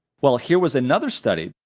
well here was another study.